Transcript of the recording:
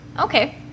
okay